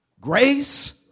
Grace